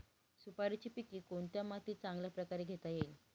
सुपारीचे पीक कोणत्या मातीत चांगल्या प्रकारे घेता येईल?